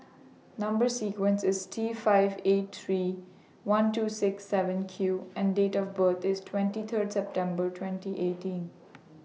Number sequence IS T five eight three one two six seven Q and Date of birth IS twenty three September twenty eighteen